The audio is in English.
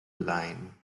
line